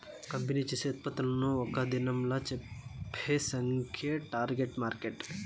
company చేసే ఉత్పత్తులను ఒక్క దినంలా చెప్పే సంఖ్యే టార్గెట్ మార్కెట్